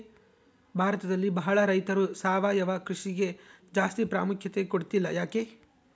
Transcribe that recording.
ಭಾರತದಲ್ಲಿ ಬಹಳ ರೈತರು ಸಾವಯವ ಕೃಷಿಗೆ ಜಾಸ್ತಿ ಪ್ರಾಮುಖ್ಯತೆ ಕೊಡ್ತಿಲ್ಲ ಯಾಕೆ?